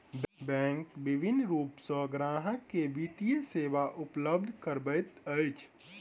bank विभिन्न रूप सॅ ग्राहक के वित्तीय सेवा उपलब्ध करबैत अछि